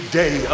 day